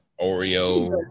Oreo